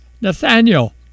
Nathaniel